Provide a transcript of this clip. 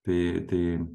tai tai